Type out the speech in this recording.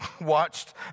watched